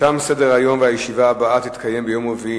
שתם סדר-היום, והישיבה הבאה תתקיים ביום רביעי,